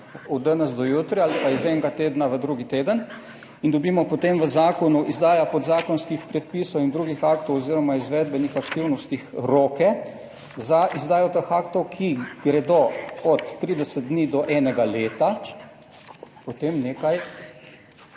od danes do jutri ali pa iz enega tedna v drugi teden in dobimo potem v zakonu izdaja podzakonskih predpisov in drugih aktov oziroma izvedbenih aktivnostih roke za izdajo teh aktov, ki gredo od 30 dni do enega leta, potem nekaj